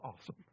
awesome